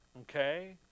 Okay